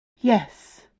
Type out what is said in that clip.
Yes